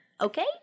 Okay